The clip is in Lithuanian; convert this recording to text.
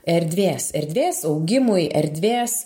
erdvės erdvės augimui erdvės